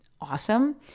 awesome